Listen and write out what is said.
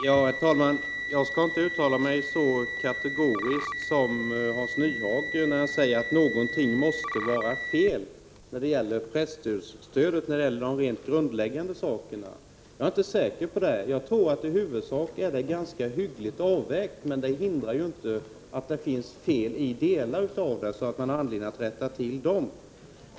Herr talman! Jag skall inte uttala mig så kategoriskt som Hans Nyhage gör när han säger att någonting måste vara fel när det gäller de grundläggande principerna för presstödet. Jag är inte säker på det. Jag tror att stödet i huvudsak är ganska hyggligt avvägt, men det hindrar inte att det kan finnas fel i delar av det och att man har anledning att rätta till dem.